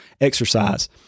exercise